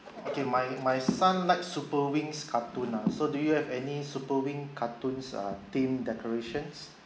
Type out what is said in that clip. okay my my son likes super wings cartoon ah so do you have any super wing cartoons err theme decorations